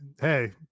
hey